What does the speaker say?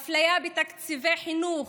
על אפליה בתקציבי חינוך,